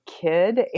kid